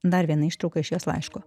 dar viena ištrauka iš jos laiško